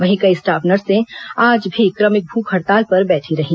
वहीं कई स्टाफ नर्से आज भी क्रमिक भूख हड़ताल पर बैठी रहीं